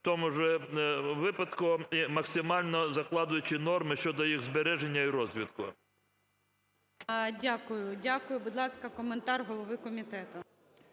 в тому ж випадку, максимально закладаючи норми щодо їх збереження і розвитку. ГОЛОВУЮЧИЙ. Дякую. Дякую. Будь ласка, коментар голови комітету.